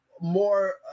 more